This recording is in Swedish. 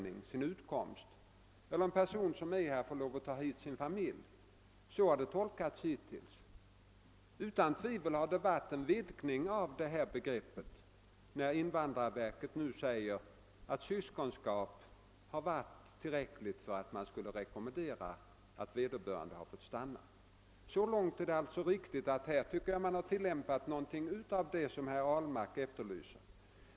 Det kan också gälla att en person som är bosatt i landet skall få ta hit sin familj. Så har begreppet hittills tolkats. Det har utan tvivel blivit en vidgning av familjemedlemsbegreppet i och med invandrarverkets nu gjorda uttalande att visst nära släktskap varit tillräcklig grund för att vederbörande fått stanna. Man har alltså i viss mån tillämpat den tolkning som herr Ahlmark efterlyser.